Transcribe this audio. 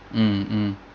mm mm